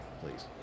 please